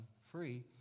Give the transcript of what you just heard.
free